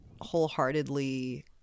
wholeheartedly